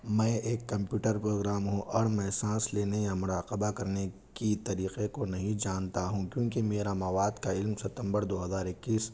میں ایک computer program ہوں اور میں سانس لینے یا مراقبہ کرنے کی طریقے کو نہیں جانتا ہوں کیونکہ میرا مواد کا علم ستمبر دوہزار اکیس